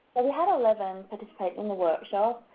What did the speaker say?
we had eleven participate in the workshop,